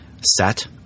set